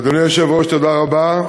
אדוני היושב-ראש, תודה רבה.